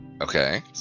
Okay